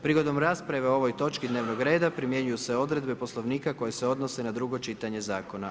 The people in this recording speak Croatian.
Prigodom rasprave o ovoj točki dnevnog reda primjenjuju se odredbe Poslovnika koje se odnose na drugo čitanje zakona.